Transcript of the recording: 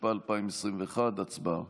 התשפ"א 2021. הצבעה.